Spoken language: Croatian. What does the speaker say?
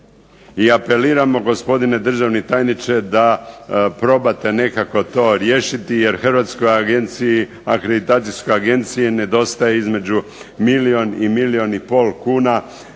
I apeliramo gospodine državni tajniče da probate nekako to riješiti jer Hrvatskoj akreditacijskoj agenciji nedostaje između milijun i milijun i pol kuna